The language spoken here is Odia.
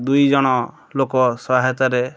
ଦୁଇ ଜଣ ଲୋକ ସହାୟତାରେ